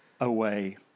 away